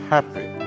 Happy